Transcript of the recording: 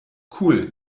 cool